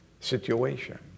situation